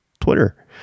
Twitter